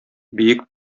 биек